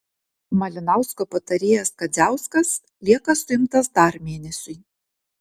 malinausko patarėjas kadziauskas lieka suimtas dar mėnesiui